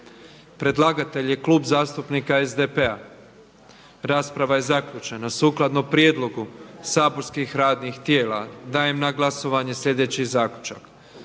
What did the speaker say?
predlagatelj je Vlada RH. Rasprava je zaključena. Sukladno prijedlogu saborskog matičnog radnog tijela, dajem na glasovanje sljedeći zaključak: